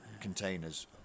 containers